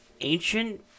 ancient